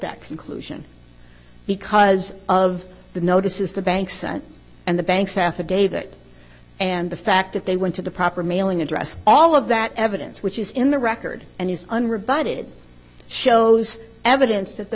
that conclusion because of the notices to banks and the banks affidavit and the fact that they went to the proper mailing address all of that evidence which is in the record and is unrebutted shows evidence that the